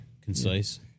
Concise